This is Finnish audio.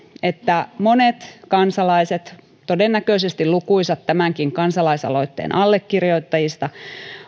että monet kansalaiset todennäköisesti lukuisat tämänkin kansalaisaloitteen allekirjoittajista